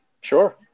sure